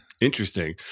Interesting